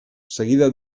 seguida